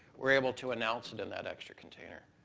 we're able to announce and in that extra container.